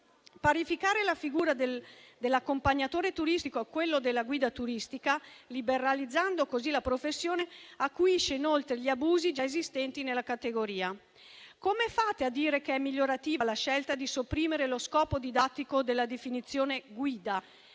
Parificare la figura dell'accompagnatore turistico a quello della guida turistica, liberalizzando così la professione, acuisce inoltre gli abusi già esistenti nella categoria. Come fate a dire che è migliorativa la scelta di sopprimere lo scopo didattico della definizione "guida"?